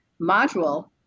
module